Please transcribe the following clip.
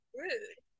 rude